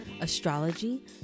astrology